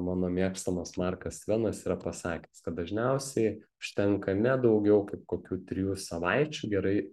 mano mėgstamas markas tvenas yra pasakęs kad dažniausiai užtenka ne daugiau kaip kokių trijų savaičių gerai